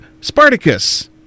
Spartacus